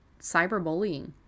cyberbullying